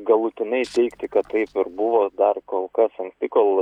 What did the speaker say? galutinai teigti kad taip ir buvo dar kol kas anksti kol